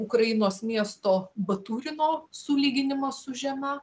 ukrainos miesto baturino sulyginimą su žeme